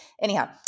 Anyhow